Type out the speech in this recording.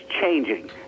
changing